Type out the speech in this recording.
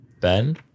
Ben